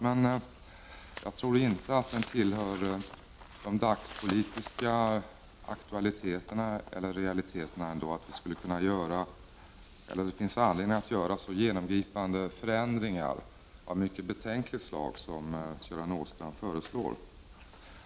Men jag tror inte att det tillhör de dagspolitiska realiteterna att göra så genomgripande förändringar, av mycket betänkligt slag, som Göran Åstrand föreslår.